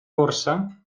borsa